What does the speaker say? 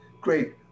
great